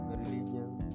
religions